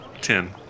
ten